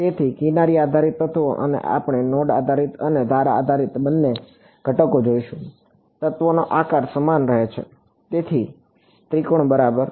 તેથી કિનારી આધારિત તત્વો અને આપણે નોડ આધારિત અને ધાર આધારિત બંને ઘટકોને જોઈશું તત્વનો આકાર સમાન રહે છે તેથી ત્રિકોણ બરાબર